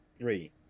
Three